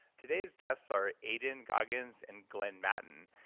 today's guests are aidan goggins and glen matten.